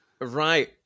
Right